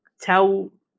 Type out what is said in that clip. tell